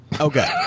Okay